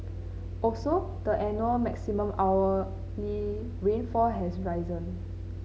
also the annual maximum hourly rainfall has risen